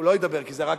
הוא לא ידבר, כי זה רק